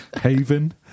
Haven